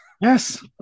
Yes